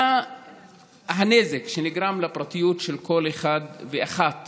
מה הנזק שנגרם לפרטיות של כל אחד ואחת